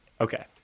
Okay